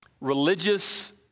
religious